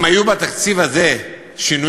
אם היו בתקציב הזה שינויים,